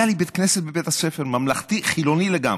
היה לי בית כנסת בבית הספר, ממלכתי חילוני לגמרי,